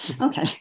Okay